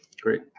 Great